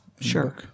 Sure